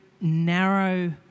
narrow